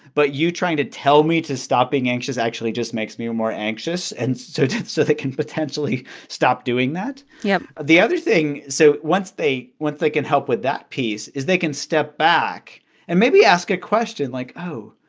but you trying to tell me to stop being anxious actually just makes me more anxious and so so they can potentially stop doing that yup the other thing so once they once they can help with that piece is they can step back and maybe ask a question like, oh,